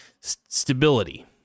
Stability